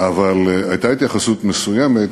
אבל הייתה התייחסות מסוימת